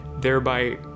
thereby